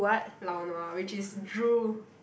lao nua which is drool